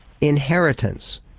Inheritance